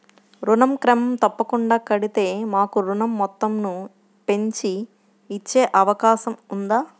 ఋణం క్రమం తప్పకుండా కడితే మాకు ఋణం మొత్తంను పెంచి ఇచ్చే అవకాశం ఉందా?